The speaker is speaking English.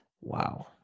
Wow